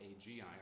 AGI